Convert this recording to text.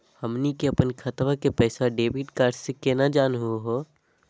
हमनी के अपन खतवा के पैसवा डेबिट कार्ड से केना जानहु हो?